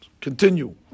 Continue